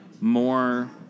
more